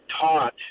taught